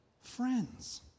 friends